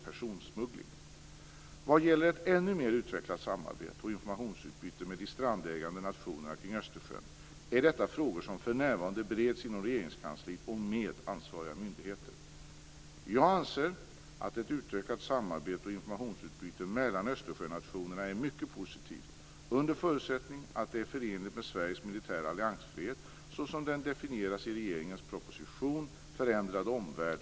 Detta med ett än mer utvecklat samarbete och informationsutbyte med de strandägande nationerna kring Östersjön är frågor som för närvarande bereds inom Regeringskansliet och med ansvariga myndigheter. Jag anser att ett utökat samarbete och informationsutbyte mellan Östersjönationerna är mycket positivt under förutsättning att det är förenligt med